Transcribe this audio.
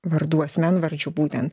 vardų asmenvardžių būtent